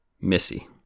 Missy